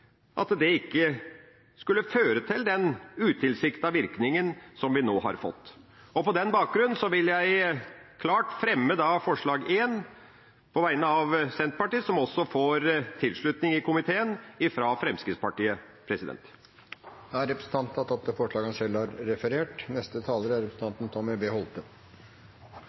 at det ikke skulle føre til den utilsiktede virkningen som vi nå har fått. På den bakgrunn vil jeg klart ta opp forslag nr. 1, fra Senterpartiet og Fremskrittspartiet. Representanten Per Olaf Lundteigen har tatt opp det forslaget han